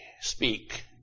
speak